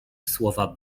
słowa